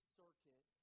circuit